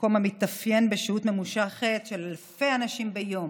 מקום המתאפיין בשהות ממושכת של אלפי אנשים ביום